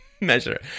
measure